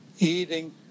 Eating